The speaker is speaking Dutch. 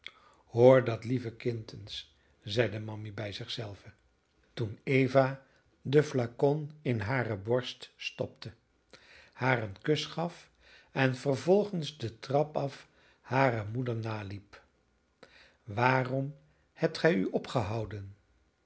hoor dat lieve kind eens zeide mammy bij zich zelve toen eva den flacon in hare borst stopte haar een kus gaf en vervolgens de trap af hare moeder naliep waarom hebt gij u opgehouden